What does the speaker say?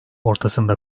ortasında